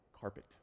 carpet